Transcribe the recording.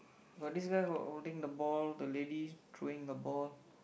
got this girl hold holding the ball the lady throwing her ball